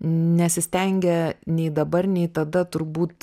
nesistengia nei dabar nei tada turbūt